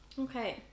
Okay